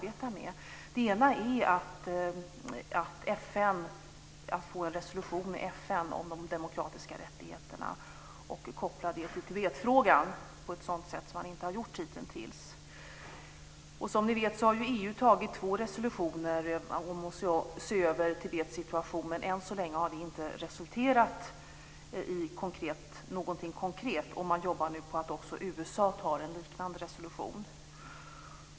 En sådan punkt är att få en resolution i FN om de demokratiska rättigheterna kopplad till Tibetfrågan på ett sätt som inte har skett hitintills. Som ni vet har EU antagit två resolutioner om att se över situationen i Tibet. Än så länge har dessa resolutioner inte resulterat i någonting konkret. Man jobbar nu på att också USA ska anta en liknande resolution.